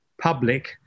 public